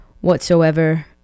whatsoever